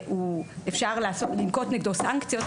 אפשר לנקוט נגדו סנקציות,